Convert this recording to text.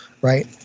right